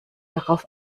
drauf